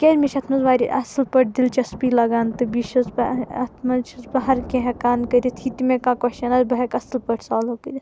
تِکیٛازِ مےٚ چھِ اَتھ منٛز واریاہ اصٕل پٲٹھۍ دِلچَسپی لگان تہٕ بیٚیہِ چھَس بہٕ اَتھ منٛز چھس بہٕ ہر کیٚنٛہہ ہٮ۪کان کٔرِتھ یہِ تہِ مےٚ کانٛہہ کوسچن آسہِ بہٕ ہٮ۪کہٕ اصٕل پٲٹھۍ سالوٗ کٔرِتھ